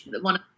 one